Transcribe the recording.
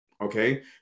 Okay